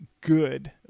good